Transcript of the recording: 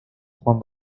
juan